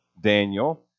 Daniel